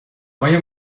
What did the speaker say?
مایه